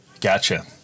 gotcha